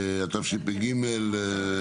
התשפ"ג-2023,